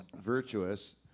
virtuous